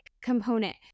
component